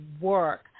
work